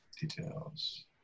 Details